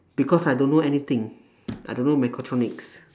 because I don't know anything I don't know mechatronics